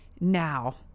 now